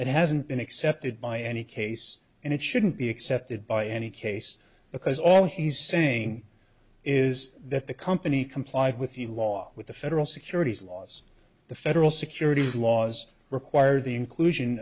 it hasn't been accepted by any case and it shouldn't be accepted by any case because all he's saying is that the company complied with the law with the federal securities laws the federal securities laws require the inclusion